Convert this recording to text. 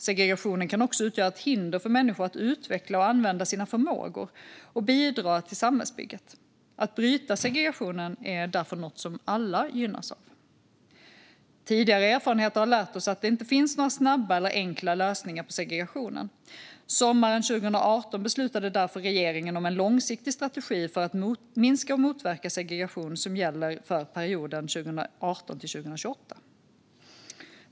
Segregationen kan också utgöra ett hinder för människor att utveckla och använda sina förmågor och bidra till samhällsbygget. Att bryta segregationen är därför något som alla gynnas av. Tidigare erfarenheter har lärt oss att det inte finns några snabba eller enkla lösningar på segregationen. Sommaren 2018 beslutade därför regeringen om en långsiktig strategi för att minska och motverka segregation som gäller för perioden 2018-2028.